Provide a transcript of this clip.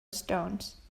stones